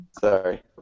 sorry